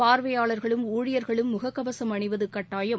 பார்வையாளா்களும் ஊழியா்களும் முக கவசம் அணிவது கட்டாயம்